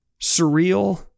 surreal